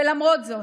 ולמרות זאת,